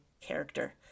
character